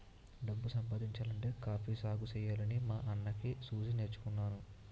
డబ్బు సంపాదించాలంటే కాఫీ సాగుసెయ్యాలని మా అన్నని సూసి నేర్చుకున్నాను